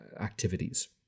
activities